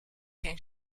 can